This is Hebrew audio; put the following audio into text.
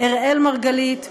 אראל מרגלית,